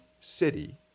city